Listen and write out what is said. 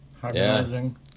Harmonizing